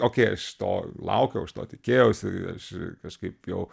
okei aš to laukiau aš to tikėjausi aš kažkaip jau